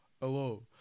hello